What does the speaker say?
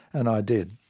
and i did.